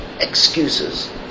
Excuses